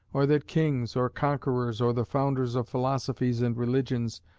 or that kings, or conquerors, or the founders of philosophies and religions,